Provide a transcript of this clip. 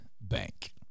Bank